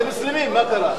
זה מוסלמים, מה קרה?